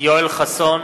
יואל חסון,